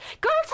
Girls